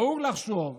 "נהוג לחשוב",